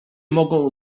mogą